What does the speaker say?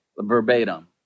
verbatim